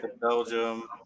Belgium